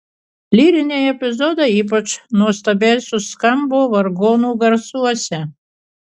lyriniai epizodai ypač nuostabiai suskambo vargonų garsuose